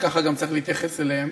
וככה גם צריך להתייחס אליהם,